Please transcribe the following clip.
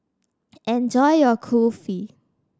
enjoy your Kulfi